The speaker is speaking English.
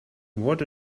what